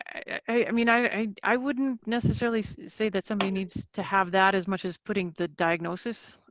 i mean i i wouldn't necessarily say that somebody needs to have that as much as putting the diagnosis